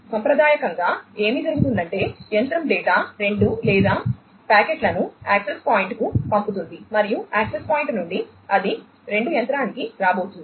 సాంప్రదాయకంగా ఏమి జరుగుతుందంటే యంత్రం డేటా 2 లేదా ప్యాకెట్లను యాక్సెస్ పాయింట్కు పంపుతుంది మరియు యాక్సెస్ పాయింట్ నుండి అది 2 యంత్రానికి రాబోతుంది